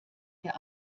der